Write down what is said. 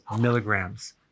milligrams